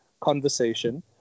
conversation